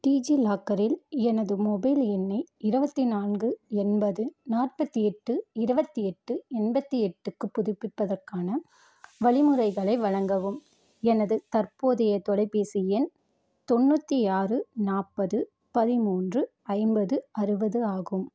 டிஜிலாக்கரில் எனது மொபைல் எண்ணை இருபத்தி நான்கு எண்பது நாற்பத்தி எட்டு இருபத்தி எட்டு எண்பத்தி எட்டுக்கு புதுப்பிப்பதற்கான வழிமுறைகளை வழங்கவும் எனது தற்போதைய தொலைபேசி எண் தொண்ணூற்றி ஆறு நாற்பது பதிமூன்று ஐம்பது அறுபது ஆகும்